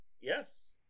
Yes